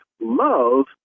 Love